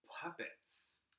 puppets